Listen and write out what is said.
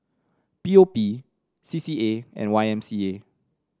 P O P C C A and Y M C A